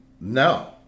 No